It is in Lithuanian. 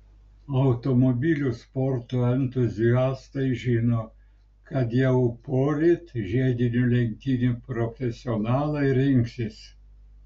automobilių sporto entuziastai žino kad jau poryt žiedinių lenktynių profesionalai rinksis